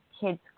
kids